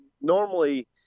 normally